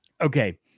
Okay